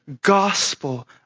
gospel